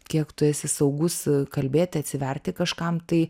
kiek tu esi saugus kalbėti atsiverti kažkam tai